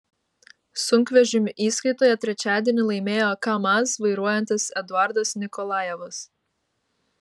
sunkvežimių įskaitoje trečiadienį laimėjo kamaz vairuojantis eduardas nikolajevas